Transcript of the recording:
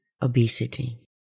obesity